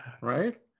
right